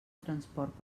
transport